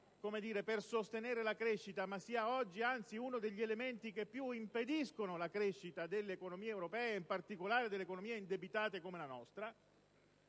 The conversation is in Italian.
per sostenere la crescita, ma sia oggi uno degli elementi che più impediscono la crescita delle economie europee, in particolare di quelle indebitate come la nostra.